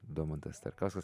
domantas starkauskas